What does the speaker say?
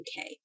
UK